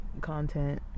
content